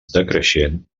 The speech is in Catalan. decreixent